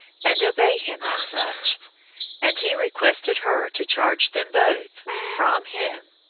and obey him as such and he requested her to charge them both, from him,